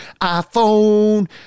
iPhone